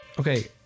Okay